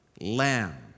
lamb